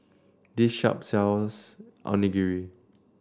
this shop sells Onigiri